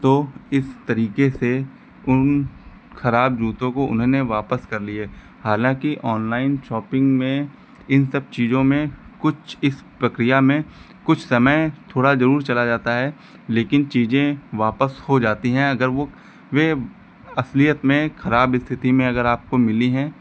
तो इस तरीके से उन खराब जूतों को उन्होंने वापस कर लिए हालांकि ऑनलाइन शॉपिंग में इन सब चीज़ों में कुछ इस प्रक्रिया में कुछ समय थोड़ा ज़रूर चला जाता है लेकिन चीज़ें वापस हो जाती हैं अगर वो वे असलियत में खराब स्थिति में अगर आपको मिली हैं